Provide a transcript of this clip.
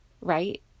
right